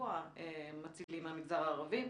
מצילים מהמגזר הערבי.